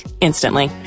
instantly